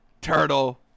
Turtle